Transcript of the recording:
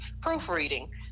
proofreading